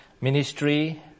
ministry